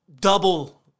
double